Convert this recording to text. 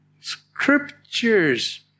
scriptures